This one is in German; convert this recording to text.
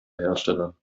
herstellern